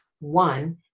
One